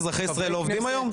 אזרחי ישראל לא עובדים היום?